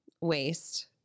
waste